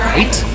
Right